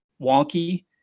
wonky